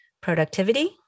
productivity